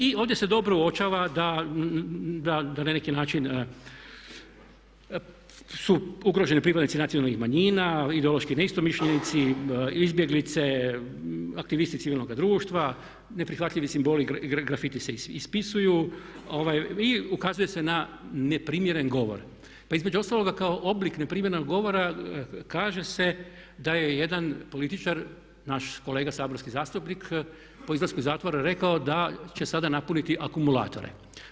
I ovdje se dobro uočava da na neki način su ugroženi pripadnici nacionalnih manjina, ideološki istomišljenici, izbjeglice, aktivisti civilnoga društva, neprihvatljivi simboli, grafiti se ispisuju i ukazuje se na ne primjeren govor pa između ostaloga kao oblik neprimjerenog govora kaže se da je jedan političar naš kolega saborski zastupnik po izlasku iz zatvora rekao da će sada napuniti akumulatore.